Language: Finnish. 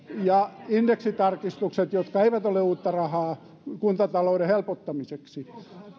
ja indeksitarkistukset jotka eivät ole uutta rahaa kuntatalouden helpottamiseksi